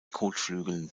kotflügeln